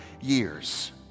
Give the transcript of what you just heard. years